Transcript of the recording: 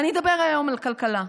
ואני אדבר היום על כלכלה,